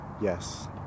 Yes